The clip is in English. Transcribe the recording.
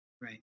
Right